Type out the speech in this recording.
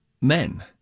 men